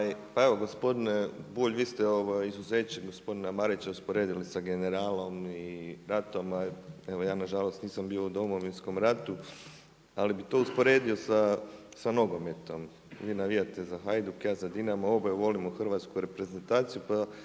Pa evo gospodine Bulj, vi ste izuzećem gospodina Marića usporedili sa generalom i ratom, evo ja nažalost nisam u Domovinskom rtu, ali bi to usporedio sa nogometom. Vi navijate za Hajduk, ja za Dinamo, oboje volimo hrvatsku reprezentaciju, pa